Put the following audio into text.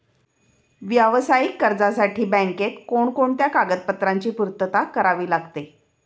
व्यावसायिक कर्जासाठी बँकेत कोणकोणत्या कागदपत्रांची पूर्तता करावी लागते?